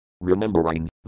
Remembering